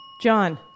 John